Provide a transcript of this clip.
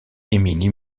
émilie